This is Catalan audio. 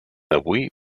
avui